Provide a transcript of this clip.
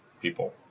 people